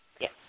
Yes